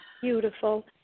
Beautiful